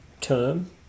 term